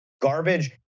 garbage